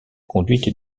conduite